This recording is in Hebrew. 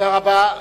תודה רבה.